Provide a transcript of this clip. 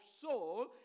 soul